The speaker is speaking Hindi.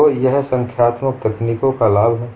तो यह संख्यात्मक तकनीकों का लाभ है